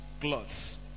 clothes